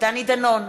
דני דנון,